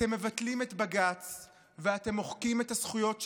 אתם מבטלים את בג"ץ ואתם מוחקים את הזכויות שלנו.